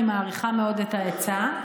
אני מעריכה מאוד את העצה,